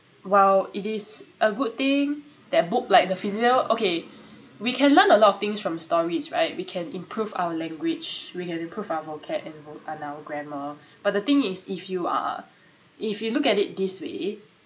while it is a good thing that book like the physi~ okay we can learn a lot of things from stories right we can improve our language we can improve our vocab~ and vo~ and our grammar but the thing is if you are if you look at it this way